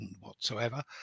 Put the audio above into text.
whatsoever